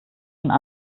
schon